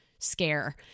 scare